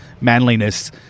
manliness